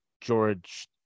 George